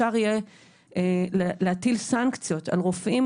על מנת שאפשר יהיה להטיל סנקציות על רופאים,